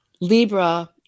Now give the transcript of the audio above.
Libra